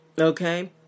Okay